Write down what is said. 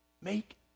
make